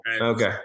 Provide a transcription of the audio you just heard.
okay